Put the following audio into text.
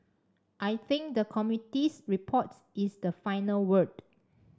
I think the committee's reports is the final word